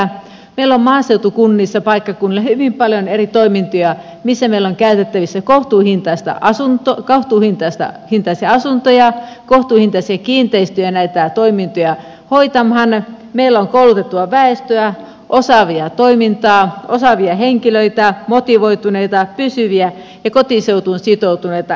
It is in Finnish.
meillä on maaseutukunnissa paikkakunnille hyvin paljon eri toimintoja missä meillä on käytettävissä kohtuuhintaisia asuntoja kohtuuhintaisia kiinteistöjä näitä toimintoja hoitamaan meillä on koulutettua väestöä osaavaa toimintaa osaavia henkilöitä motivoituneita pysyviä ja kotiseutuun sitoutuneita henkilöitä